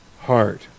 heart